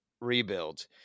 rebuild